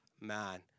man